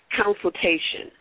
consultation